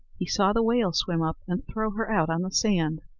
he saw the whale swim up and throw her out on the sand.